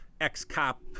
ex-cop